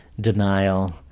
denial